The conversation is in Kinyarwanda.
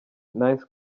nice